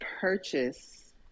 purchase